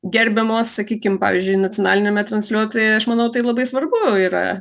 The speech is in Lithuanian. gerbiamos sakykim pavyzdžiui nacionaliniame transliuotuje aš manau tai labai svarbu yra